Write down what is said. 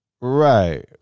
right